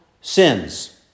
sins